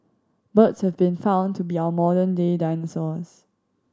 birds have been found to be our modern day dinosaurs